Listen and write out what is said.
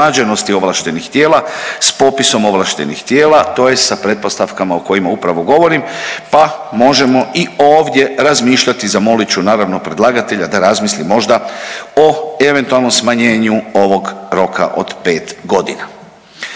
s popisom ovlaštenih tijela, to je sa pretpostavkama o kojima upravo govorim pa možemo i ovdje razmišljati, zamolit ću naravno predlagatelja da razmisli možda o eventualnom smanjenju ovog roka od pet godina.